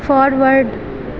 forward